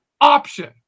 option